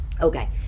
okay